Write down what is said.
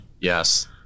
Yes